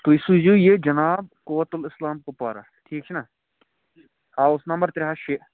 تُہۍ سوٗزیوٗ یہِ جناب کوتُل اِسلام کُپوارہ ٹھیٖک چھُ نا ہاوُس نمبر ترٛےٚ ہَتھ شےٚ